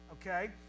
Okay